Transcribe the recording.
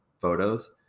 photos